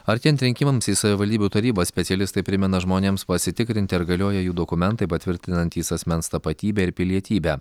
artėjant rinkimams į savivaldybių tarybas specialistai primena žmonėms pasitikrinti ar galioja jų dokumentai patvirtinantys asmens tapatybę ir pilietybę